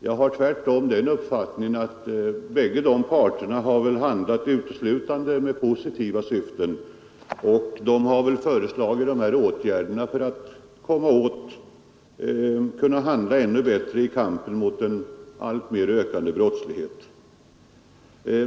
Jag har tvärtom den uppfattningen att bägge de parterna har handlat uteslutande med positiva syften och föreslagit åtgärden för att kunna möta den alltmer ökande brottsligheten.